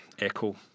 echo